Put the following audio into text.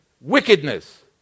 wickedness